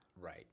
Right